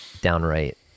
downright